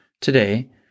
Today